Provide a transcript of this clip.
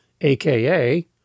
AKA